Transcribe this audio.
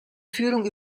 führung